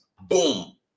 boom